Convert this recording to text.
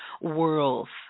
worlds